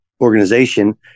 organization